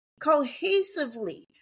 cohesively